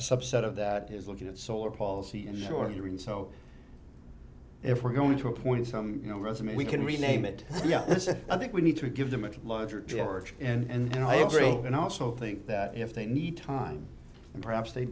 subset of that is looking at solar policy and shortening so if we're going to appoint some you know resume we can rename it yeah i think we need to give them much larger george and i agree and i also think that if they need time perhaps they